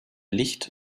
licht